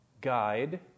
guide